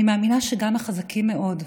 אני מאמינה שגם החזקים מאוד,